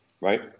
right